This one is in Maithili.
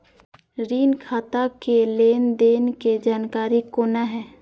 ऋण खाता के लेन देन के जानकारी कोना हैं?